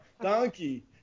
Donkey